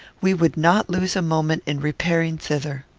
we would not lose a moment in repairing thither.